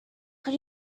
can